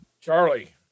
Charlie